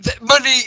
Money